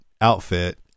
outfit